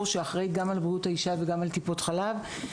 שאחראית על בריאות האישה וגם על טיפות החלב.